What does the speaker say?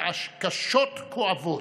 קשות וכואבות.